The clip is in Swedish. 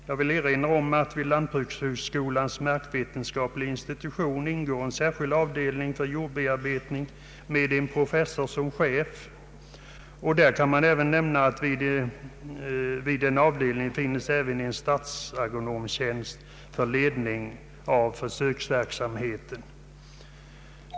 Jag vill erinra om att det vid Lantbrukshögskolans vetenskapliga institution ingår en särskild avdelning för jordbearbetning med en professor som chef. Det kan även nämnas att det vid den avdelningen finns en statsagronomtjänst för ledning av försöksverksamheten.